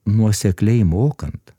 nuosekliai mokant